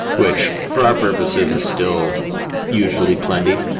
which for our purposes are still usually plenty.